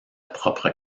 propre